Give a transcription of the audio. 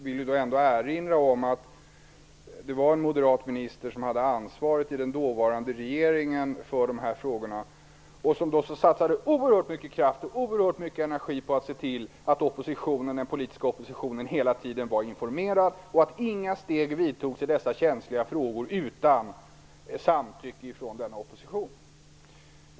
Jag vill erinra om att det var en moderat minister i den dåvarande regeringen som hade ansvaret för de här frågorna och som satsade oerhört mycket kraft och oerhört mycket energi på att se till att den politiska oppositionen hela tiden var informerad och att inga steg vidtogs i dessa känsliga frågor utan samtycke från denna opposition.